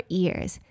ears